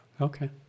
Okay